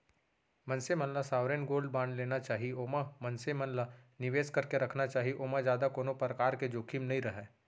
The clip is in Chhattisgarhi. मनसे मन ल सॉवरेन गोल्ड बांड लेना चाही ओमा मनसे मन ल निवेस करके रखना चाही ओमा जादा कोनो परकार के जोखिम नइ रहय